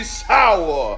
sour